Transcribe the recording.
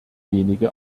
wenige